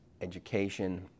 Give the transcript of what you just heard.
education